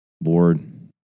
Lord